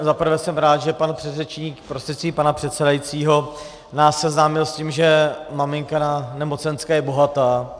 Za prvé jsem rád, že pan předřečník, prostřednictvím pana předsedajícího, nás seznámil s tím, že maminka na nemocenské je bohatá.